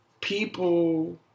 people